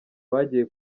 bagiye